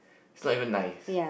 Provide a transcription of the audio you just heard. is not even nice